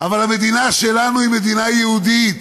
אבל המדינה שלנו היא מדינה יהודית.